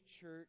church